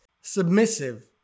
submissive